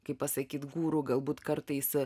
kaip pasakyti guru galbūt kartais